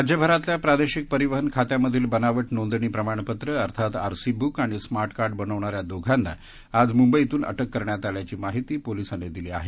राज्यभरातल्या प्रादेशिक परिवहन खात्यामधील बनावट नोंदणी प्रमाणपत्र अर्थात आर सी ब्रुक आणि स्मार्ट कार्ड बनवणाऱ्या दोघांना आज मुंबईतून अटक करण्यात आल्याची माहिती पोलिसांनी दिली आहे